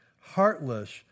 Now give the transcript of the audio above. heartless